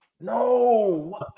No